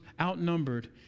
outnumbered